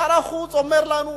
שר החוץ אומר לנו: